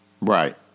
Right